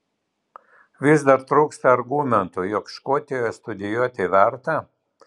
vis dar trūksta argumentų jog škotijoje studijuoti verta